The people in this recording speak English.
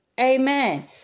Amen